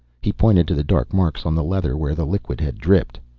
he pointed to the dark marks on the leather where the liquid had dripped.